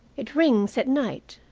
it rings at night.